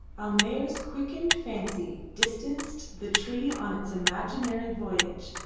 almayer's quickened fancy distanced the tree on its imaginary voyage,